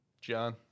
John